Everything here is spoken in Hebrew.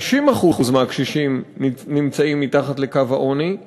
50% מהקשישים נמצאים מתחת לקו העוני.